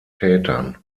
tätern